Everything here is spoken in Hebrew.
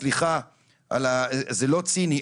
סליחה על ה- זה לא ציני,